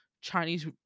Chinese